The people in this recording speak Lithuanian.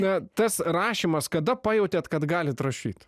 na tas rašymas kada pajautėt kad galit rašyt